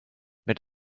mit